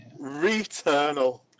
Returnal